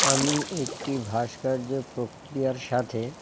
আমি একটি ভাস্কর্য প্রক্রিয়ার সাথে